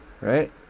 Right